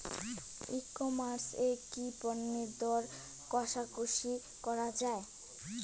ই commerce এ কি পণ্যের দর কশাকশি করা য়ায়?